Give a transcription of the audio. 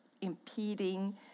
impeding